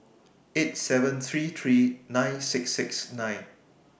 eight seven three three nine six six nine